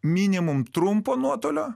minimum trumpo nuotolio